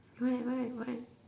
what what what